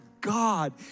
God